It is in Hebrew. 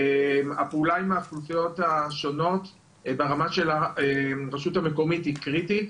הפעולה עם האוכלוסיות השונות ברמה של הרשות המקומית היא קריטית,